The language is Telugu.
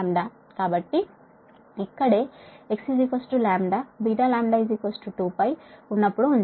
కాబట్టి ఇక్కడే x λ βλ 2π ఉన్నప్పుడు ఉంచాము